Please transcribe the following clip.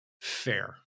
fair